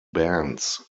bands